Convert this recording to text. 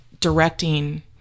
Directing